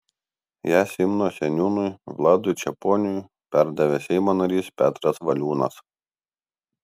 ją simno seniūnui vladui čeponiui perdavė seimo narys petras valiūnas